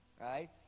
right